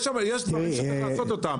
יש דברים שצריך לעשות.